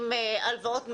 עם הלוואות מדינה,